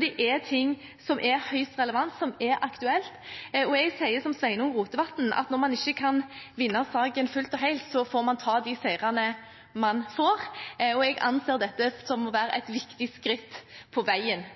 dette er noe som er høyst relevant, som er aktuelt. Og jeg sier som Sveinung Rotevatn, at når man ikke kan vinne saken fullt og helt, får man ta de seirene man får. Og jeg anser dette for å være et viktig skritt på veien